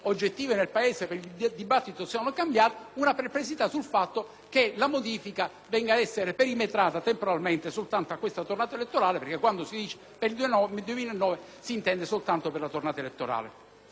che la modifica venga ad essere perimetrata temporalmente soltanto a questa tornata elettorale: quando si dice, infatti, per il 2009, si intende soltanto per quella tornata elettorale. Un'altra osservazione è data da fare: